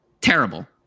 terrible